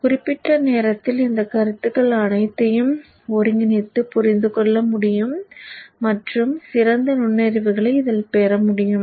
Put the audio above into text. குறிப்பிட்ட நேரத்தில் இந்த கருத்துக்கள் அனைத்தையும் ஒருங்கிணைத்து புரிந்து கொள்ள முடியும் மற்றும் சிறந்த நுண்ணறிவுகளை இதில் பெற முடியும்